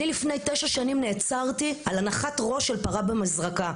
אני לפני תשע שנים נעצרתי על הנחת ראש של פרה במזרקה,